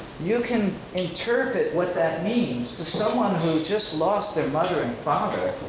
you can interpret what that means to someone who just lost their mother and father,